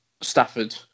Stafford